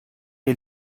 ihr